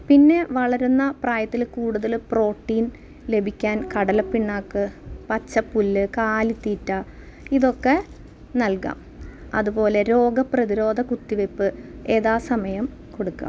പിന്നെ വളരുന്ന പ്രായത്തിൽ കൂടുതൽ പ്രോട്ടീൻ ലഭിക്കാൻ കടലപ്പിണ്ണാക്ക് പച്ചപ്പുല്ല് കാലിത്തീറ്റ ഇതൊക്കെ നൽകാം അതുപോലെ രോഗപ്രതിരോധ കുത്തിവയ്പ്പ് യഥാസമയം കൊടുക്കാം